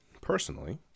personally